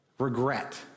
regret